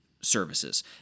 services